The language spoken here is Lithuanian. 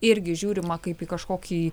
irgi žiūrima kaip į kažkokį